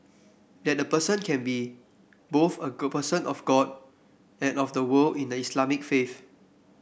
that a person can be both a person of God and of the world in the Islamic faith